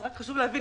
חשוב להבין